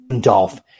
Dolph